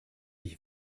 ich